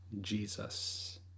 Jesus